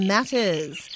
Matters